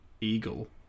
eagle